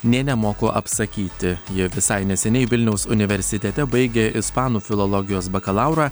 nė nemoku apsakyti ji visai neseniai vilniaus universitete baigė ispanų filologijos bakalaurą